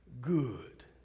Good